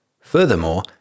Furthermore